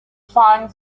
find